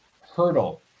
hurdle